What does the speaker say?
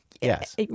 Yes